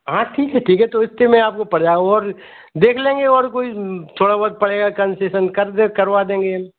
हाँ ठीक ठीक है तो इतने में आपको पड़ जाएगा और देख लेंगे और कोई थोड़ा बहुत पड़ेगा कंसेसन कर दें करवा देंगे